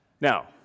Now